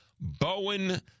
Bowen